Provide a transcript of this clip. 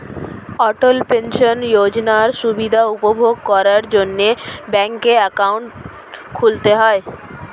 অটল pension যোজনার সুবিধা উপভোগ করার জন্যে ব্যাংকে অ্যাকাউন্ট খুলতে হয়